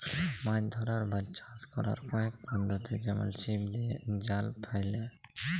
মাছ ধ্যরার বা চাষ ক্যরার কয়েক পদ্ধতি যেমল ছিপ দিঁয়ে, জাল ফ্যাইলে